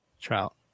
trout